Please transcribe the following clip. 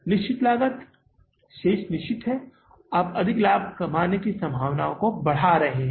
निश्चित लागत शेष निश्चित है आप अधिक लाभ कमाने की संभावना बढ़ा रहे हैं